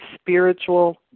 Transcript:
spiritual